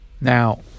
Now